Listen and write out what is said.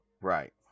Right